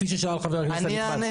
כפי ששאל חבר הכנסת הנכבד.